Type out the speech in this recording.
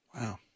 Wow